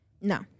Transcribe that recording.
No